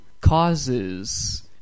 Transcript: causes